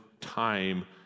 time